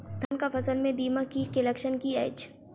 धानक फसल मे दीमक कीट केँ लक्षण की अछि?